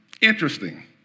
Interesting